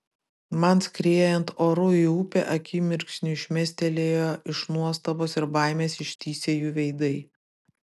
man skriejant oru į upę akimirksniui šmėstelėjo iš nuostabos ir baimės ištįsę jų veidai